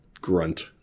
Grunt